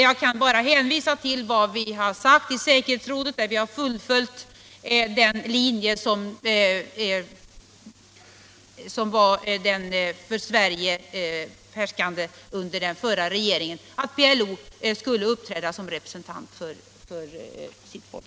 Jag kan bara hänvisa till vad vi har sagt i säkerhetsrådet, där vi har fullföljt den linje som var den svenska under den förra regeringen, nämligen att PLO skulle få uppträda som representant för sitt folk.